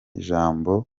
ijambo